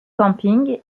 camping